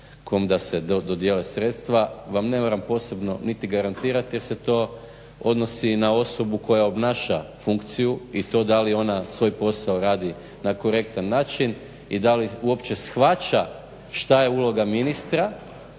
kom da se dodjele sredstva vam ne moram posebno niti garantirati, jer se to odnosi i na osobu koja obnaša funkciju i to da li ona svoj posao radi na korektan način i da li uopće shvaća šta je uloga ministra